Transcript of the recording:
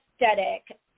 aesthetic